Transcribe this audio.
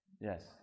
Yes